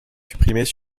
supprimés